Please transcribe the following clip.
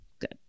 Good